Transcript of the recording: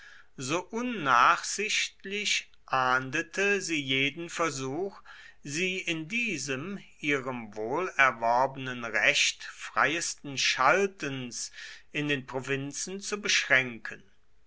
so unnachsichtlich ahndete sie jeden versuch sie in diesem ihrem wohlerworbenen recht freiesten schaltens in den provinzen zu beschränken